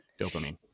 dopamine